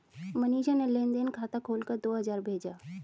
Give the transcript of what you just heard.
मनीषा ने लेन देन खाता खोलकर दो हजार भेजा